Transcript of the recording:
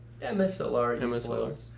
MSLR